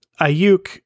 Ayuk